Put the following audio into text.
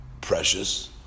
precious